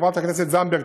חברת הכנסת זנדברג,